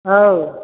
औ